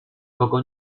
kogo